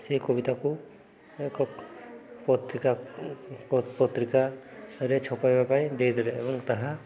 ସେହି କବିତାକୁ ଏକ ପତ୍ରିକା ପତ୍ରିକାରେ ଛପାଇବା ପାଇଁ ଦେଇ ଦେଲେ ଏବଂ ତାହା